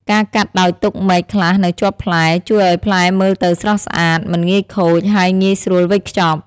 ការកាត់ដោយទុកមែកខ្លះនៅជាប់ផ្លែ ជួយឱ្យផ្លែមើលទៅស្រស់ស្អាត មិនងាយខូច ហើយងាយស្រួលវេចខ្ចប់។